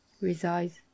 resides